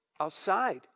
outside